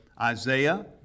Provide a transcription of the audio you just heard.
Isaiah